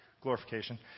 glorification